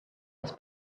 was